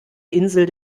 insel